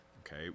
okay